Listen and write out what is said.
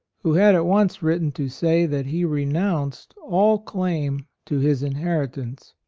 who had at once written to say that he renounced all claim to his inheritance.